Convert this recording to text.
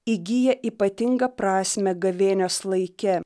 įgyja ypatingą prasmę gavėnios laike